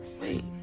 wait